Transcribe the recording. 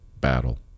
battle